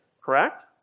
Correct